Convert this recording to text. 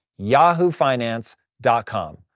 yahoofinance.com